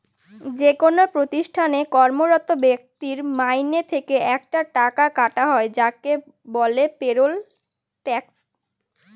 যেকোনো প্রতিষ্ঠানে কর্মরত ব্যক্তির মাইনে থেকে একটা টাকা কাটা হয় যাকে বলে পেরোল ট্যাক্স